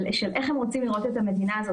של איך הם רוצים לראות את המדינה הזאת.